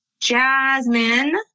jasmine